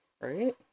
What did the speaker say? Right